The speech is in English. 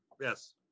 yes